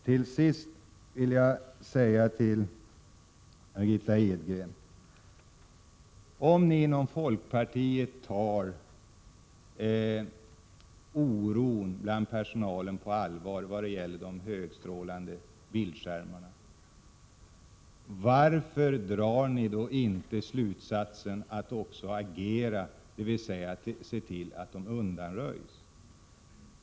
Till sist vill jag till Margitta Edgren säga: Om ni inom folkpartiet tar personalens oro när det gäller de högstrålande bildskärmarna på allvar, varför drar ni då inte slutsatsen att ni också skall agera, dvs. se till att de undanröjs?